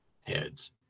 heads